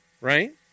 right